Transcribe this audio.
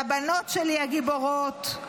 לבנות שלי הגיבורות.